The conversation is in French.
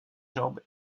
jambes